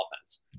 offense